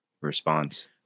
response